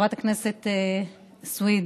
חברת הכנסת סויד,